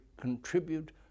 contribute